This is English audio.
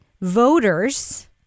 Voters